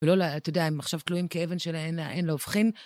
ולא, אתה יודע, הם עכשיו תלויים כאבן שאין לה הופכין.